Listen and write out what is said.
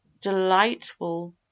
delightful